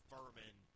Furman